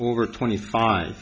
over twenty five